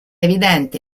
evidente